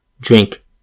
drink